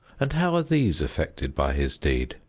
and how are these affected by his deed?